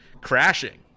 crashing